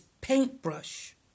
paintbrush